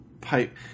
Pipe